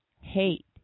hate